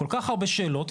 כל כך הרבה שאלות.